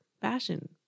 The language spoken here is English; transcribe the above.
fashion